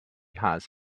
has